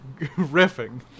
riffing